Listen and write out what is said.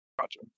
Gotcha